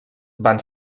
van